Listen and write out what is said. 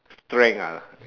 strength ah